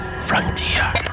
Frontier